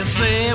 say